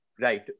Right